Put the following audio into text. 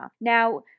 Now